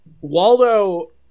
Waldo